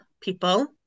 people